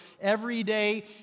everyday